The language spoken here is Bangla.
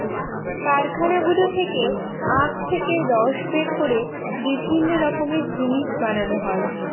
কারখানাগুলো থেকে আখ থেকে রস বের করে বিভিন্ন রকমের জিনিস বানানো হয়